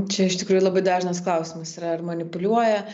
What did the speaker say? čia iš tikrųjų labai dažnas klausimas yra ar manipuliuoja